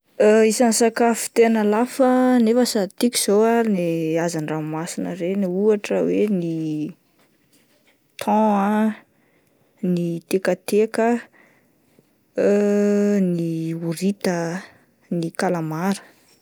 Isan'ny sakafo tena lafo nefa sady tiako ny hazandranomasina ireny ohatra hoe ny thon ah, ny tekateka, ny orita ,ny kalamara.